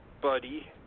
buddy